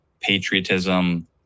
patriotism